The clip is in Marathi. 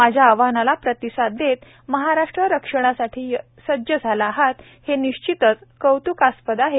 माझ्या आवाहनाला प्रतिसाद देत महाराष्ट्र रक्षणासाठी सज्ज झाला आहात हे निश्चितच कौतूकास्पद आहे